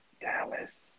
Dallas